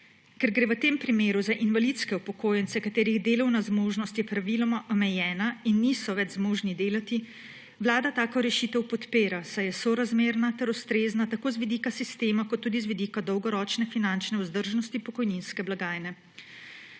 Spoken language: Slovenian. Ker gre v tem primeru za invalidske upokojence, katerih delovna zmožnost je praviloma omejena in niso več zmožni delati, Vlada tako rešitev podpira, saj je sorazmerna in ustrezna tako z vidika sistema kot tudi z vidika dolgoročne finančne vzdržnosti pokojninske blagajne.